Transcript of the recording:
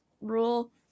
rule